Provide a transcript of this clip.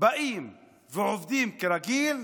באים ועובדים כרגיל,